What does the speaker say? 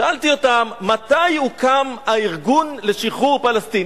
שאלתי אותם: מתי הוקם הארגון לשחרור פלסטין?